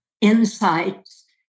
insights